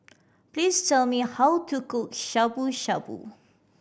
please tell me how to cook Shabu Shabu